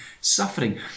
suffering